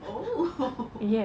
oh